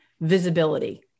visibility